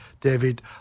David